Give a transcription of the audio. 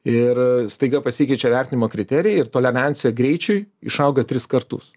ir staiga pasikeičia vertinimo kriterijai ir tolerancija greičiui išauga tris kartus